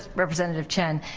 representative chen,